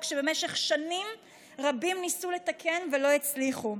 שבמשך שנים רבים ניסו לתקן ולא הצליחו,